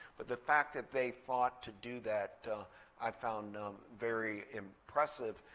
but the fact that they thought to do that i found very impressive.